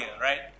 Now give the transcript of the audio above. right